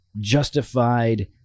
justified